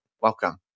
Welcome